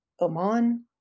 Oman